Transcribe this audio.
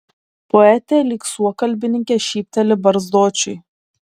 poetė lyg suokalbininkė šypteli barzdočiui